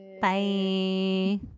Bye